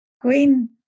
green